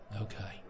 Okay